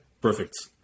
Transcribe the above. perfect